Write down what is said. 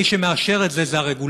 מי שמאשר את זה זה הרגולטור.